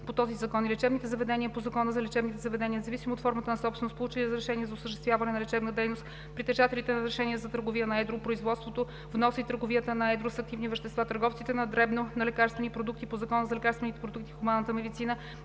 по този закон и лечебните заведения по Закона за лечебните заведения независимо от формата на собственост, получили разрешение за осъществяване на лечебна дейност, притежателите на разрешение за търговия на едро, производството, вноса и търговията на едро с активни вещества, търговците на дребно на лекарствени продукти по Закона за лекарствените продукти в хуманната медицина